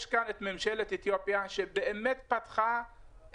יש כאן את ממשלת אתיופיה שבאמת פתחה,